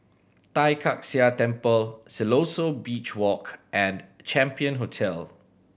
Tai Kak Seah Temple Siloso Beach Walk and Champion Hotel